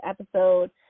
episode